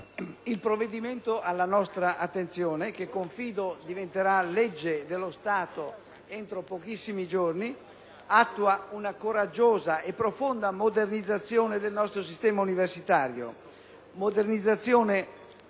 il provvedimento alla nostra attenzione, che confido diventerà legge dello Stato entro pochissimi giorni, attua una coraggiosa e profonda modernizzazione del nostro sistema universitario, modernizzazione